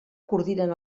coordinen